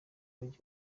umujyi